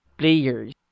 players